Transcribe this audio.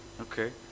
Okay